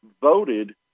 voted